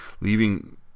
leaving